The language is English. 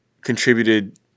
contributed